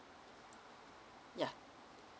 ya